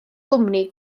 gwmni